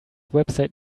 website